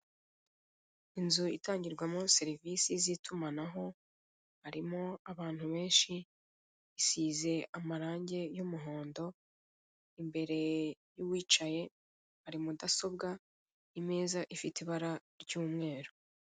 Inzu itangirwamo serivisi z'itumanaho, harimo abantu benshi, isize amarangi y'umuhondo, imbere y'uwicaye hari mudasobwa, imeza ifite ibara ry'umweru.